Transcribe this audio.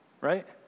Right